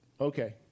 Okay